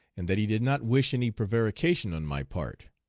and that he did not wish any prevarication on my part.